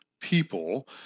people